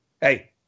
Hey